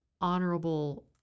honorable